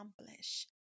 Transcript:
accomplish